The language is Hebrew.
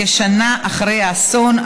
כשנה אחרי האסון,